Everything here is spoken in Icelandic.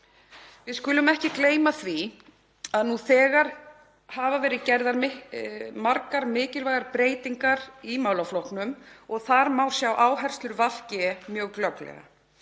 Við skulum ekki gleyma því að nú þegar hafa verið gerðar margar mikilvægar breytingar í málaflokknum og þar má sjá áherslur VG mjög glögglega.